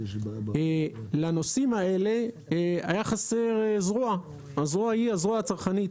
לנושאים האלה הייתה חסרה זרוע, הזרוע הצרכנית.